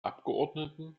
abgeordneten